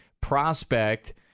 prospect